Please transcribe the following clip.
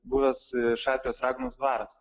buvęs šatrijos raganos dvaras